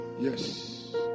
Yes